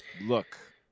look